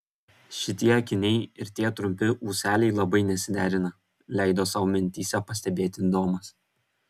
šitie akiniai ir tie trumpi ūseliai labai nesiderina leido sau mintyse pastebėti domas